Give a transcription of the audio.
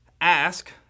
ask